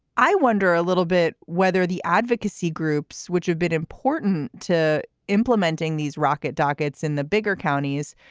i wonder a little bit whether the advocacy groups, which have been important to implementing these rocket dockets in the bigger counties,